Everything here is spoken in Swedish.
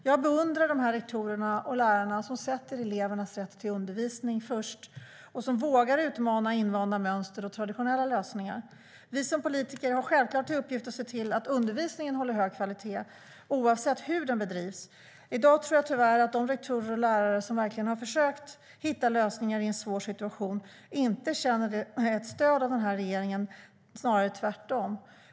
Jag beundrar de rektorer och lärare som sätter elevernas rätt till undervisning först och som vågar utmana invanda mönster och traditionella lösningar. Vi som politiker har självklart till uppgift att se till att undervisningen håller hög kvalitet, oavsett hur den bedrivs. I dag tror jag tyvärr att de rektorer och lärare som verkligen har försökt hitta lösningar i en svår situation inte känner att de har stöd av denna regering, snarare tvärtom.